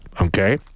okay